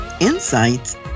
insights